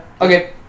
Okay